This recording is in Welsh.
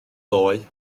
ddoe